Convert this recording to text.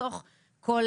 בתוך כל